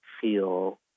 feel